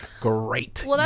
Great